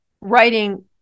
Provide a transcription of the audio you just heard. writing